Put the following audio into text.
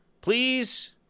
Please